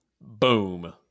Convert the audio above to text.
boom